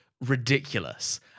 ridiculous